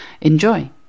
Enjoy